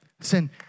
Sin